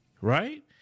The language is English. right